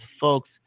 folks